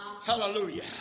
Hallelujah